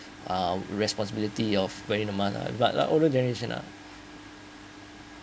uh responsibility of wearing a mask lah but lah older generation lah